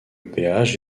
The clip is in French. péage